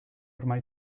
ormai